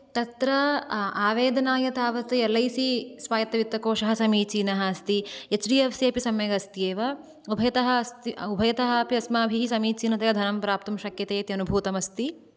तत्र आवेदनाय तावत् एल् ऐ सि स्वायत्तवित्तकोषः समीचीनः अस्ति एच् डी एफ् सी अपि सम्यक् अस्ति एव उभयतः अस्ति उभयतः अपि अस्माभिः समीचीनतया धनं प्राप्तुं शक्यते इति अनुभूतमस्ति